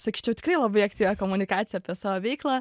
sakyčiau tikrai labai aktyvią komunikaciją apie savo veiklą